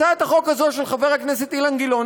הצעת החוק הזו של חבר הכנסת אילן גילאון